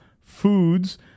Foods